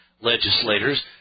legislators